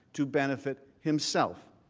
to benefit himself.